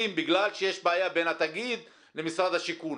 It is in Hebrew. בגלל שיש בעיה בין התאגיד למשרד השיכון.